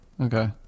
Okay